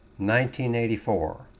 1984